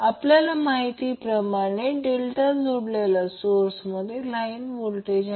जेव्हा जेव्हा line voltage म्हणतो तेव्हा ते लाइन टू लाइन व्होल्टेज असते